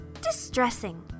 distressing